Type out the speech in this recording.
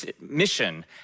mission